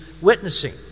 witnessing